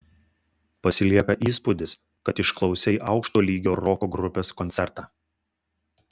pasilieka įspūdis kad išklausei aukšto lygio roko grupės koncertą